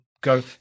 go